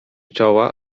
czoła